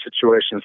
situations